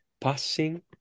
passing